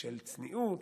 של צניעות,